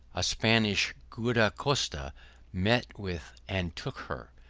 a spanish guarda costa met with and took her.